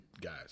guys